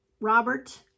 Robert